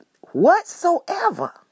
whatsoever